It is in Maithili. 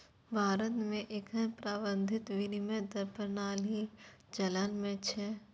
भारत मे एखन प्रबंधित विनिमय दर प्रणाली चलन मे छै